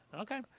Okay